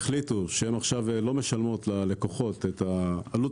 החליטו שהם עכשיו לא משלמות ללקוחות את עלות